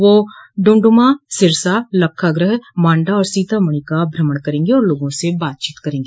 वह डुमडुमा सिरसा लक्खागृह मांडा और सीतामढ़ो का भ्रमण करेंगी और लोगों से बातचीत करेंगी